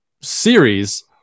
series